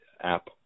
app